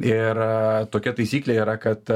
ir tokia taisyklė yra kad